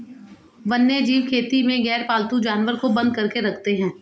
वन्यजीव खेती में गैरपालतू जानवर को बंद करके रखते हैं